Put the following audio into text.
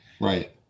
Right